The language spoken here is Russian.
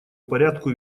порядку